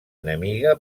enemiga